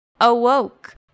awoke